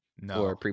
No